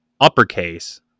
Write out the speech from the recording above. uppercase